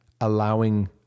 allowing